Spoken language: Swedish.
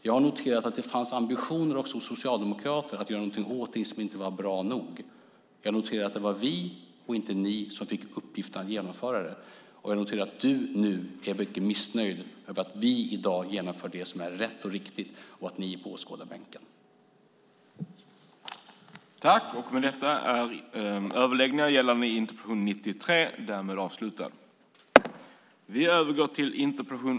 Jag har noterat att det fanns ambitioner också hos socialdemokrater att göra någonting åt det som inte var bra nog. Jag noterar att det var vi och inte ni som fick uppgiften att genomföra det. Och jag noterar att du nu är mycket missnöjd över att vi i dag genomför det som är rätt och riktigt och att ni är på åskådarbänken.